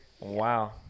wow